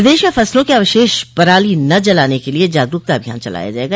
प्रदेश में फसलों के अवशेष पराली न जलाने के लिए जागरूकता अभियान चलाया जायेगा